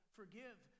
forgive